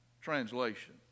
translation